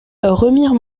remire